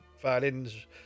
violins